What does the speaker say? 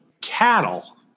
cattle